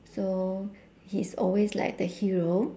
so he's always like the hero